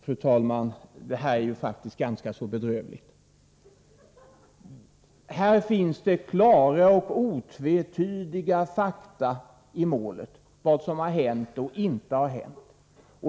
Fru talman! Det här är faktiskt ganska bedrövligt! I målet finns klara och otvetydiga fakta när det gäller vad som har hänt och vad som inte har hänt.